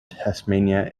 tasmania